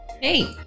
Hey